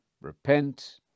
Repent